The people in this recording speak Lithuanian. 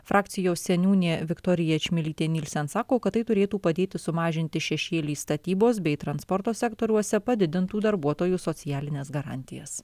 frakcijos seniūnė viktorija čmilytė nielsen sako kad tai turėtų padėti sumažinti šešėlį statybos bei transporto sektoriuose padidintų darbuotojų socialines garantijas